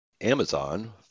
Amazon